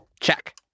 Check